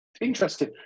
interesting